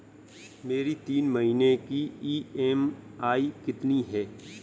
मेरी तीन महीने की ईएमआई कितनी है?